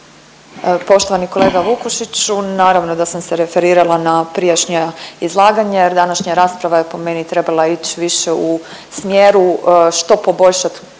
Poštovani kolega Vukušiću, naravno da sam se referirala na prijašnja izlaganja jer današnja rasprava je po meni trebala ić više u smjeru što poboljšat